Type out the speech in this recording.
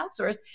outsource